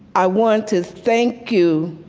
i want to thank you